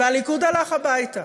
והליכוד הלך הביתה.